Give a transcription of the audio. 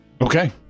Okay